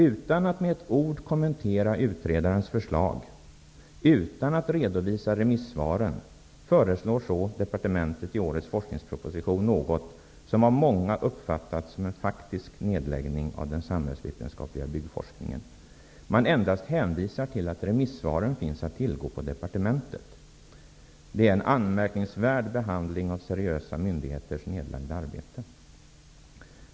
Utan att med ett ord kommentera utredarens förslag och utan att redovisa remissvaren föreslår departementet i årets forskningsproposition något, som av många har uppfattats som en faktisk nedläggning av den samhällsvetenskapliga byggforskningen. Man hänvisar endast till att remissvaren finns att tillgå i departementet. Detta är en anmärkningsvärd behandling av seriösa myndigheters nedlagda arbete.